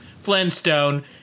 Flintstone